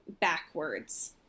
backwards